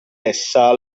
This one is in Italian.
essa